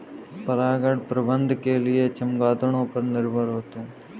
परागण प्रबंधन के लिए चमगादड़ों पर निर्भर होते है